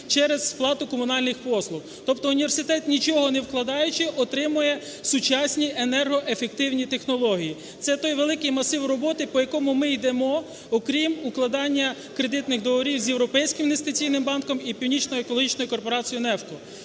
через сплату комунальних послуг. Тобто університет, нічого не вкладаючи, отримує сучасні енергоефективні технології. Це той великий масив роботи, по якому ми йдемо, окрім укладання кредитних договорів з Європейським інвестиційним банком і Північною екологічною корпорацією NEFCO.